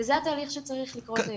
וזה התהליך שצריך לקרות היום.